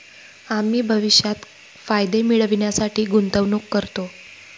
आम्ही भविष्यात फायदे मिळविण्यासाठी गुंतवणूक करतो